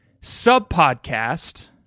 sub-podcast